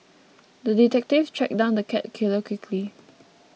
the detective tracked down the cat killer quickly